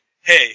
Hey